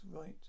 Right